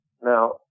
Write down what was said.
now